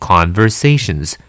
Conversations